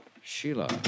Sheila